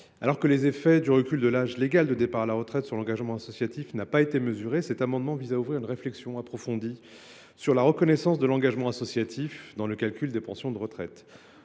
Alors que les effets du recul de l’âge légal de départ à la retraite sur l’engagement associatif n’ont pas été mesurés, cet amendement vise à ouvrir une réflexion approfondie sur la reconnaissance de l’engagement associatif dans le calcul des pensions de retraite.